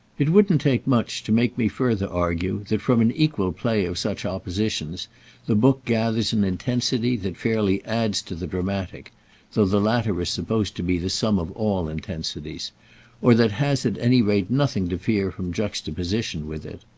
it wouldn't take much to make me further argue that from an equal play of such oppositions the book gathers an intensity that fairly adds to the dramatic though the latter is supposed to be the sum of all intensities or that has at any rate nothing to fear from juxtaposition with it.